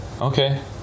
okay